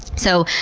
so,